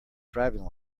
driving